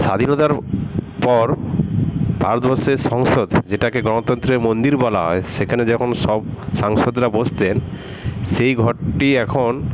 স্বাধীনতার পর ভারতবর্ষের সংসদ যেটাকে গণতন্ত্রের মন্দির বলা হয় সেখানে যখন সব সাংসদরা বসতেন সেই ঘরটি এখন